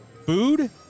Food